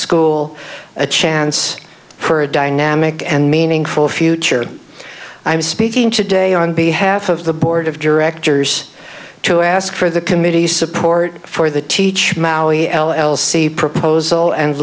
school a chance for a dynamic and meaningful future i was speaking today on behalf of the board of directors to ask for the committee support for the teach my l l c proposal and